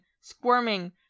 squirming